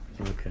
okay